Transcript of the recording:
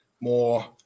more